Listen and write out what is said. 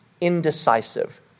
Indecisive